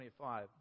25